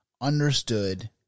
understood